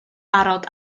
barod